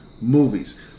movies